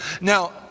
Now